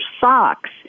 socks